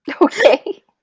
Okay